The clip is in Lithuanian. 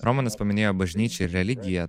romanas paminėjo bažnyčią ir religiją